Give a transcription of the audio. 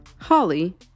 Holly